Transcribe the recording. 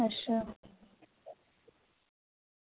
अच्छा